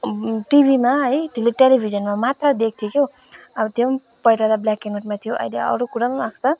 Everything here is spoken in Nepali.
टिभीमा है टेलिभिजनमा मात्रै देख्थेँ क्यो त्यो पनि पहिला त ब्ल्याक एन्ड वाइटमा थियो अहिले अरू कुरा पनि आएको छ